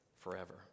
Forever